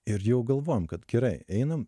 ir jau galvojom kad gerai einam